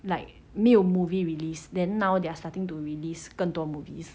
like 没有 movie released then now they're starting to release 更多 movies